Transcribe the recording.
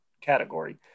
category